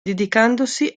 dedicandosi